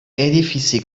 edifici